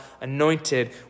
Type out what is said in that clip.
anointed